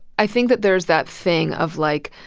i think that there's that thing of, like,